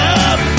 up